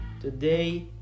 Today